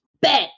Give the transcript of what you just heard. bet